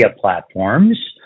platforms